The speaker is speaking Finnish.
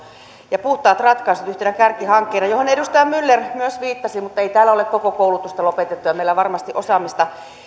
ja puhtaat ratkaisut yhtenä kärkihankkeena johon edustaja myller myös viittasi mutta ei täällä ole koko koulutusta lopetettu ja meillä varmasti osaamista